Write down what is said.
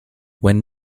when